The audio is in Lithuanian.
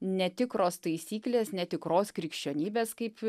netikros taisyklės netikros krikščionybės kaip